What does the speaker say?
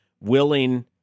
willing